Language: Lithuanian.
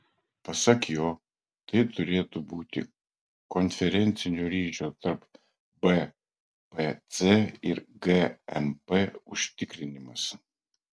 pasak jo tai turėtų būti konferencinio ryšio tarp bpc ir gmp užtikrinimas